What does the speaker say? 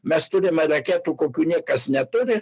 mes turime raketų kokių niekas neturi